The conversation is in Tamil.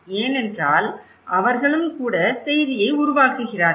ஏனென்றால் அவர்களும் கூட செய்தியை உருவாக்குகிறார்கள்